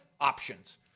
options